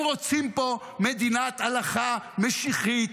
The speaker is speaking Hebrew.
הם רוצים פה מדינת הלכה משיחית,